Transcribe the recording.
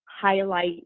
highlight